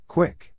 Quick